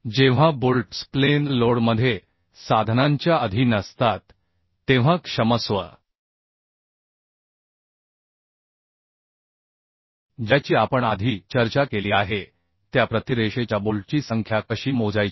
जेव्हा bolts plane लोडमध्ये साधनांच्या अधीन असतात तेव्हा क्षमस्व ज्याची आपण आधी चर्चा केली आहे त्या प्रति रेषेच्या बोल्टची संख्या कशी मोजायची